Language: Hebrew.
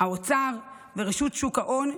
האוצר ורשות שוק ההון,